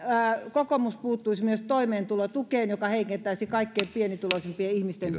kokoomus puuttuisi myös toimeentulotukeen mikä heikentäisi kaikkein pienituloisimpien ihmisten